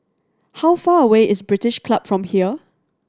how far away is British Club from here